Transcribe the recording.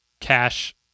cash